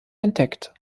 entdeckt